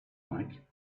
like